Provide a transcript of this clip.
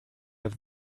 have